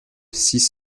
six